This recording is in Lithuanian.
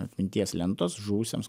atminties lentos žuvusiems